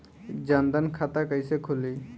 जनधन खाता कइसे खुली?